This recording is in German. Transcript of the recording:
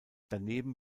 daneben